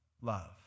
love